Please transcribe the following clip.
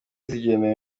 zigenewe